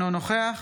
אינו נוכח